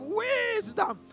wisdom